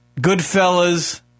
Goodfellas